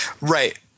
Right